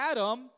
Adam